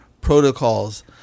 Protocols